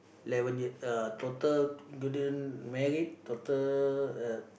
eleven years uh total including married total uh